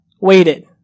waited